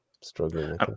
struggling